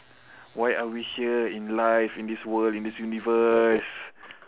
why are we here in life in this world in this universe